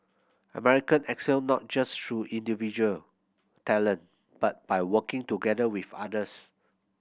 America excel not just through individual talent but by working together with others